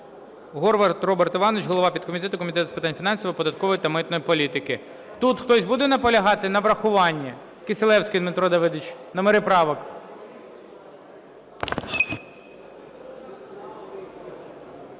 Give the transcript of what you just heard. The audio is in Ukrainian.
Горват Роберт Іванович, голова підкомітету Комітету з питань фінансів, податкової та митної політики. Тут хтось буде наполягати на врахуванні? Кисилевський Дмитро Давидович, номери правок?